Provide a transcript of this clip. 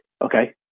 okay